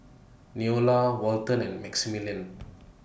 Neola Walton and Maximilian